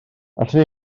allwn